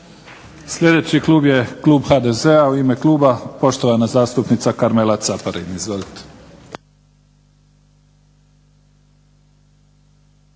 Sljedeći klub je klub HDZ-a. U ime kluba poštovana zastupnica Karmela Caparin.